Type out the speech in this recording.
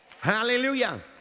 Hallelujah